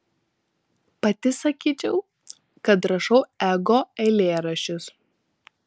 pati sakyčiau kad rašau ego eilėraščius